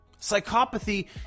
Psychopathy